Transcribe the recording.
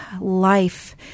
life